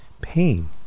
pain